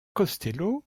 costello